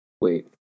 Wait